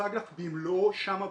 הוצג לך במלואו שם בחדר.